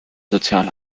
sozial